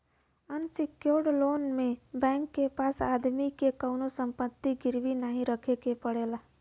unsecured loan में bank के पास आदमी के कउनो संपत्ति गिरवी नाहीं रखे के पड़ला